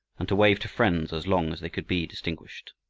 and to wave to friends as long as they could be distinguished.